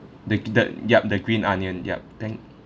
the g~ the yup the green onion yup thank